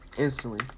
instantly